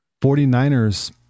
49ers